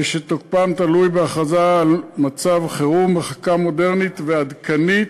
ושתוקפם תלוי בהכרזה על מצב חירום בחקיקה מודרנית ועדכנית.